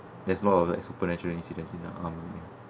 that's more of like supernatural incident um